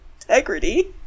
integrity